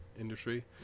industry